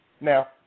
Now